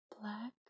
black